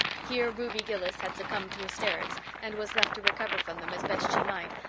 here ruby gillis had succumbed to hysterics, and was left to recover from them as best she might,